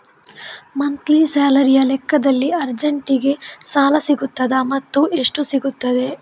Monthly ಸ್ಯಾಲರಿಯ ಲೆಕ್ಕದಲ್ಲಿ ಅರ್ಜೆಂಟಿಗೆ ಸಾಲ ಸಿಗುತ್ತದಾ ಮತ್ತುಎಷ್ಟು ಸಿಗುತ್ತದೆ?